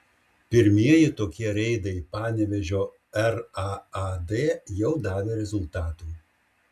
pirmieji tokie reidai panevėžio raad jau davė rezultatų